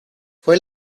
fue